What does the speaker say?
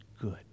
good